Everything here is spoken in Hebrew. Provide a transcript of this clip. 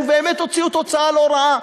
ובאמת הוציאו תוצאה לא רעה,